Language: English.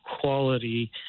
quality